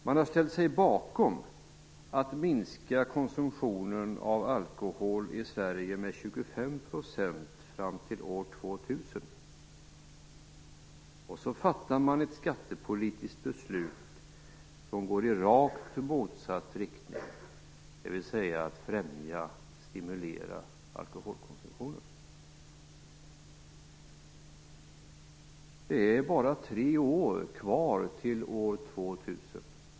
Man har ställt sig bakom att minska konsumtionen av alkohol i Sverige med 25 % fram till år 2000, och så föreslår man ett skattepolitiskt beslut som går i rakt motsatt riktning, dvs. som främjar och stimulerar alkoholkonsumtionen. Det är bara tre år kvar till år 2000.